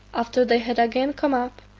after they had again come up,